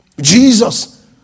Jesus